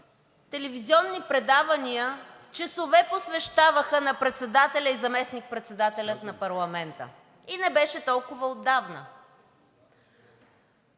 телевизионни предавания часове посвещаваха на председателя и на заместник-председателя на парламента и не беше толкова отдавна